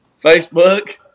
Facebook